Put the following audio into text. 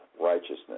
righteousness